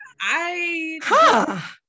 I-